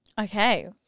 Okay